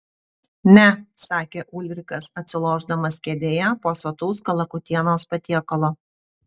ne sakė ulrikas atsilošdamas kėdėje po sotaus kalakutienos patiekalo